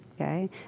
Okay